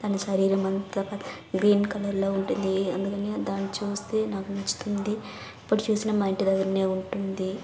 దాని శరీరం అంతా గ్రీన్ కలర్లో ఉంటుంది అందుకని దాన్ని చూస్తే నాకు నచ్చుతుంది ఎప్పుడు చూసినా మా ఇంటి దగ్గర ఉంటుంది